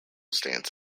stance